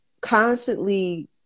constantly